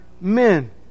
men